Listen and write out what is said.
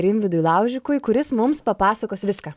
rimvydui laužikui kuris mums papasakos viską